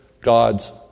God's